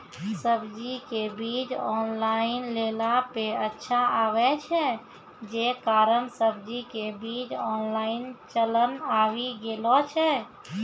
सब्जी के बीज ऑनलाइन लेला पे अच्छा आवे छै, जे कारण सब्जी के बीज ऑनलाइन चलन आवी गेलौ छै?